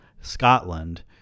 Scotland